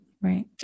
Right